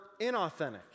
inauthentic